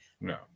No